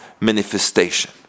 manifestation